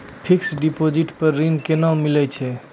Fixed deposit पर ऋण केना मिलै छै?